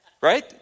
right